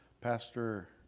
Pastor